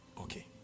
Okay